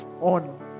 on